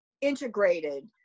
integrated